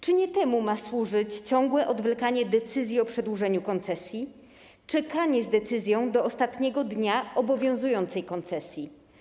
Czy nie temu ma służyć ciągłe odwlekanie decyzji o przedłużeniu koncesji, czekanie z decyzją do ostatniego dnia obowiązującej koncesji?